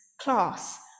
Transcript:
class